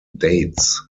dates